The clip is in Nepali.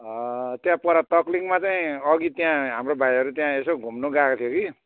त्यहाँ पर तक्लिङमा चाहिँ अघि त्यहाँ हाम्रो भाइहरू त्यहाँ यसो घुम्नु गएको थियो कि